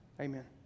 Amen